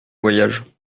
voyage